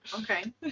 Okay